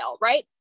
right